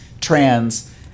trans